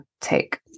take